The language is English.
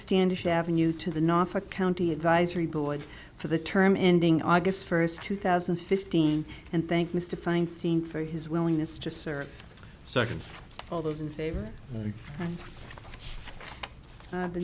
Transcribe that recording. standish avenue to the norfolk county advisory board for the term ending august first two thousand and fifteen and thank mr feinstein for his willingness to serve so i can all those in favor of the